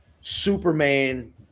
superman